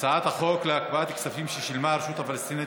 הצעת חוק להקפאת כספים ששילמה הרשות הפלסטינית